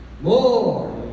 More